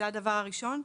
זה הדבר הראשון.